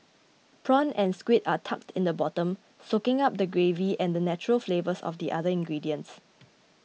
prawn and squid are tucked in the bottom soaking up the gravy and the natural flavours of the other ingredients